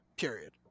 Period